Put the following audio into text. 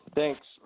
Thanks